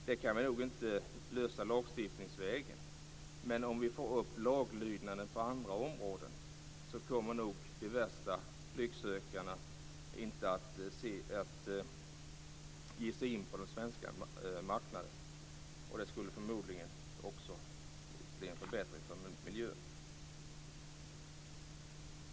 Det kan vi nog inte lösa lagstiftningsvägen, men om vi får upp laglydnaden på andra områden kommer nog de värsta lycksökarna inte att ge sig in på den svenska marknaden. Det skulle förmodligen också bli en förbättring för miljön.